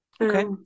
Okay